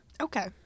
Okay